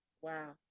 Wow